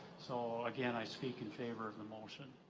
so again i speak in favor of the motion.